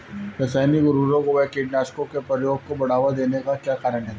रासायनिक उर्वरकों व कीटनाशकों के प्रयोग को बढ़ावा देने का क्या कारण था?